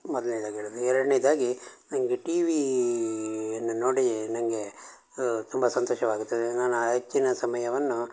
ಮೊದ್ಲ್ನೆದಾಗಿ ಹೇಳೋದು ಎರಡ್ನೇದಾಗಿ ನಂಗೆ ಟಿವೀಯನ್ನು ನೋಡಿ ನನಗೆ ತುಂಬ ಸಂತೋಷವಾಗುತ್ತದೆ ನಾನು ಆ ಹೆಚ್ಚಿನ ಸಮಯವನ್ನು